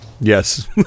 Yes